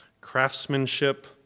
craftsmanship